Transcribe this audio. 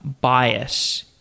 bias